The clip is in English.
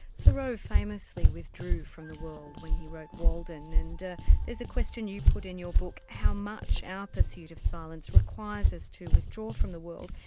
thoreau famously withdrew from the world when he wrote walden, and there's a question you put in your book, how much our pursuit of silence requires us to withdraw from the world.